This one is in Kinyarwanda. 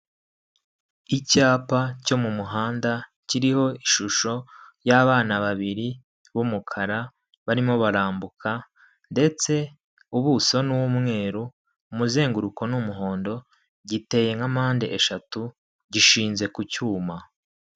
Icyapa cyo mu muhanda kiriho ishusho y'abana babiri b'umukara barimo barambuka ndetse ubuso ni umweru, umuzenguruko ni umuhondo giteye nka mpande eshatu gishinze ku cyuma.